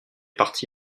parti